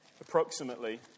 approximately